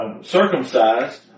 circumcised